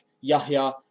Yahya